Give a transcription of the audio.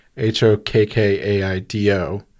H-O-K-K-A-I-D-O